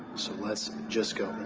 so let's just go.